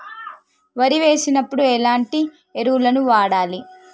వరి వేసినప్పుడు ఎలాంటి ఎరువులను వాడాలి?